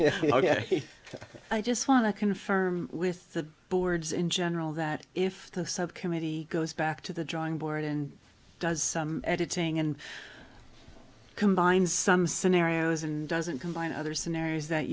ok i just want to confirm with the boards in general that if the subcommittee goes back to the drawing board and does some editing and combine some scenarios and doesn't combine other scenarios that